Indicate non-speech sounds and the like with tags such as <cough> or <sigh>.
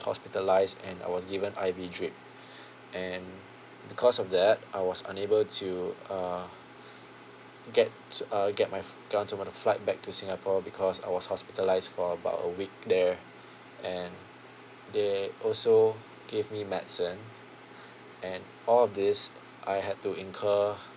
hospitalised and I was given I_V drip <breath> and because of that I was unable to uh get err get my f~ get on to my flight back to singapore because I was hospitalised for about a week there and they also gave me medicine and all of these I had to incur